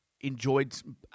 enjoyed